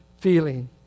feeling